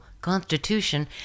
Constitution